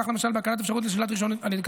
כך למשל בהקלת האפשרות לשלילת רישיון על ידי